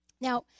Now